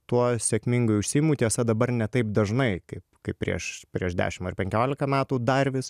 tuo sėkmingai užsiimu tiesa dabar ne taip dažnai kaip kaip prieš prieš dešim ar penkiolika metų dar vis